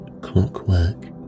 clockwork